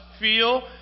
feel